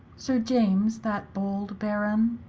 sir james, that bold bar n.